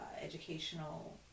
educational